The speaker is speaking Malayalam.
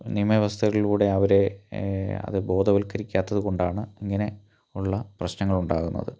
നിയമവ്യവസ്ഥകളിലൂടെ അവർ അത് ബോധവൽക്കരിക്കാത്തത് കൊണ്ടാണ് ഇങ്ങനെ ഉള്ള പ്രശ്നങ്ങൾ ഉണ്ടാകുന്നത്